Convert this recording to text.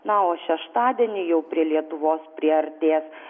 na o šeštadienį jau prie lietuvos priartės